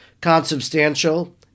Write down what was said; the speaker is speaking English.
consubstantial